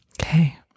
Okay